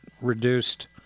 reduced